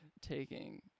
taking